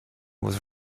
was